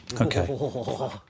okay